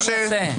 מה נעשה?